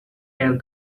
add